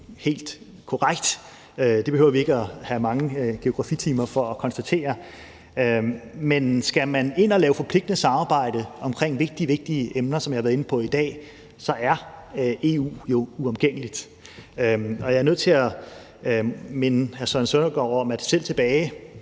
helt korrekt, og det behøver vi ikke at have mange geografitimer for at konstatere. Men skal man ind og lave forpligtende samarbejde omkring vigtige, vigtige emner, som jeg har været inde på i dag, så er EU jo uomgængeligt. Og jeg er nødt til at minde hr. Søren Søndergaard om, at den her